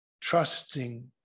trusting